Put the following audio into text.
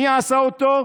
מי עשה אותו?